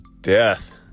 death